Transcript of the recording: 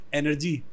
energy